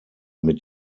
mit